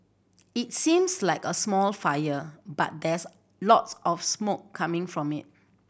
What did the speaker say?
it seems like a small fire but there's lots of smoke coming from it